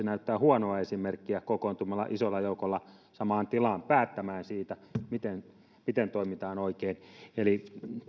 näyttää huonoa esimerkkiä kokoontumalla isolla joukolla samaan tilaan päättämään siitä miten miten toimitaan oikein eli